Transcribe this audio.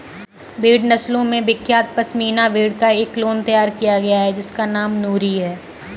भेड़ नस्लों में विख्यात पश्मीना भेड़ का एक क्लोन तैयार किया गया है जिसका नाम नूरी है